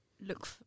look